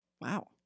wow